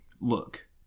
Look